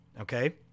okay